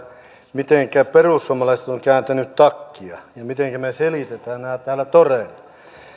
mitenkä perussuomalaiset ovat kääntäneet takkia ja mitenkä me selitämme nämä näillä toreilla